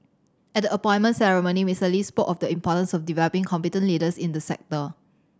at the appointment ceremony Mister Lee spoke of the importance of developing competent leaders in the sector